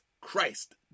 Christ